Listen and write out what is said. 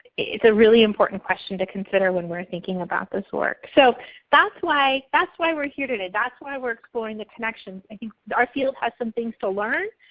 it's a really important question to consider when we're thinking about this work. so that's why, that's why we're here today, that's why we're exploring the connections. and i think our field has some things to learn,